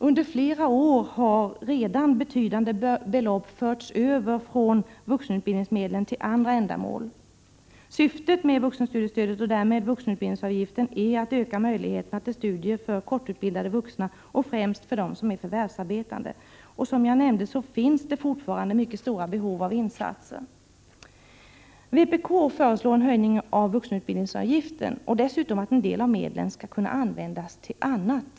Under flera år har betydande belopp förts över från vuxenutbildningsmedlen till andra ändamål. Syftet med vuxenstudiestödet, och därmed vuxenutbildningsavgiften, är att öka möjligheterna till studier för kortutbildade vuxna och främst för dem som är förvärvsarbetande. Som jag nämnde finns det fortfarande mycket stora behov av insatser. Vpk föreslår att vuxenutbildningsavgiften höjs och dessutom att en del av medlen skall kunna användas till annat.